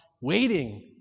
waiting